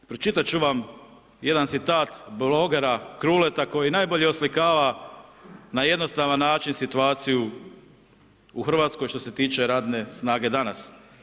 Pročitati ću vam jedan citat blogera Kruleta koji najbolje oslikava na jednostavan način situaciju u Hrvatskoj što se tiče radne snage danas.